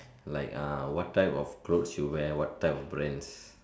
like ah what type of clothes you wear what type of brands